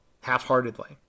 half-heartedly